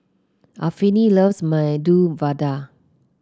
Anfernee loves Medu Vada